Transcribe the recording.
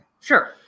Sure